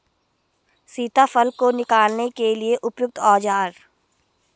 सीताफल को निकालने के लिए उपयुक्त औज़ार?